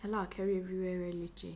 ya lah carry with you everywhere leceh